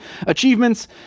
achievements